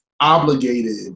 obligated